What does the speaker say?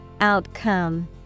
Outcome